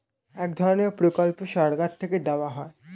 এক ধরনের প্রকল্প সরকার থেকে দেওয়া হয়